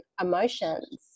emotions